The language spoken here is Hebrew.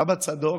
אבא צדוק,